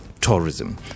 tourism